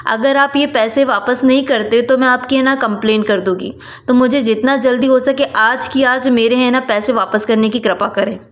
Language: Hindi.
अगर आप ये पैसे वापस नहीं करते हो तो मैंने आपके यहाँ न कम्पलेन कर दूँगी तो मुझे जितना जल्दी हो सके आज की आज मेरे है न पैसे वापस करने की कृपा करें